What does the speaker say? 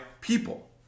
people